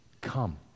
come